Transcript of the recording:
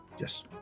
Yes